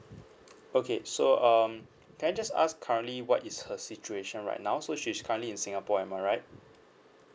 okay so um can I just ask currently what is her situation right now so she's currently in singapore am I right